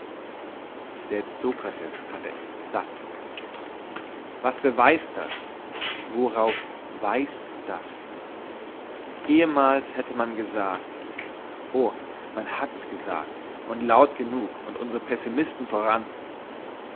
selbst sokrates hatte es satt was beweist das worauf weist das ehemals hätte man gesagt oh man hat es gesagt und laut genug und unsre pessimisten voran